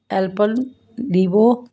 Alpenliebe